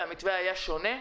אז המתווה היה שונה.